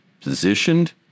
positioned